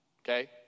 okay